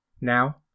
Now